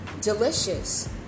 Delicious